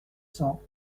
cents